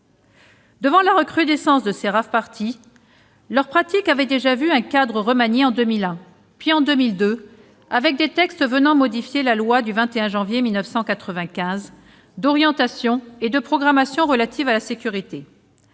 Devant la recrudescence de ces rave-parties, l'encadrement de leur pratique avait déjà été remanié en 2001, puis en 2002, par des textes venant modifier la loi du 21 janvier 1995 d'orientation et de programmation relative à la sécurité.